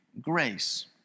grace